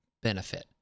benefit